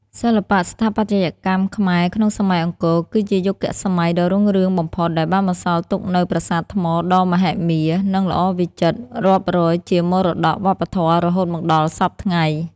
សិល្បៈស្ថាបត្យកម្មខ្មែរក្នុងសម័យអង្គរ គឺជាយុគសម័យដ៏រុងរឿងបំផុតដែលបានបន្សល់ទុកនូវប្រាសាទថ្មដ៏មហិមា និងល្អវិចិត្ររាប់រយជាមរតកវប្បធម៌រហូតមកដល់សព្វថ្ងៃ។